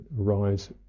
arise